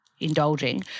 indulging